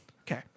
Okay